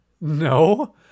No